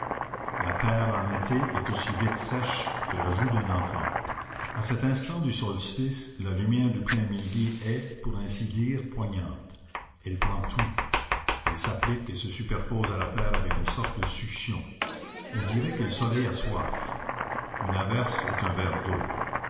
la terre en été est aussi vite sèche que la joue d'un enfant à cet instant du solstice la lumière du plein midi est pour ainsi dire poignante elle prend tout elle s'applique et se superpose à la terre avec une sorte de succion on dirait que le soleil a soif une averse est un verre d'eau